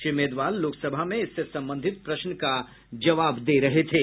श्री मेघवाल लोकसभा में इससे संबंधित प्रश्न का जवाब दे रहे थे